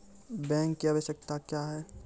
Bank की आवश्यकता क्या हैं?